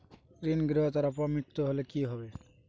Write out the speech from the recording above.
ঋণ গ্রহীতার অপ মৃত্যু হলে কি হবে?